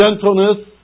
gentleness